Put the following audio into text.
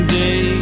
day